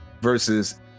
versus